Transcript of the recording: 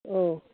औ